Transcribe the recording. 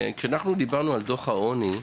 כשאנחנו דיברנו על דו״ח העוני,